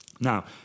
Now